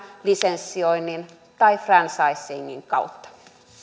lisensioinnin tai franchisingin kautta